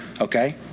Okay